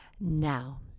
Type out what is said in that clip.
Now